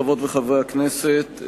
חברות וחברי הכנסת,